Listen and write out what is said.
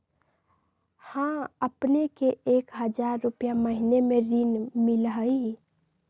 हां अपने के एक हजार रु महीने में ऋण मिलहई?